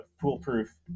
foolproof